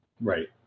Right